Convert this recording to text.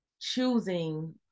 choosing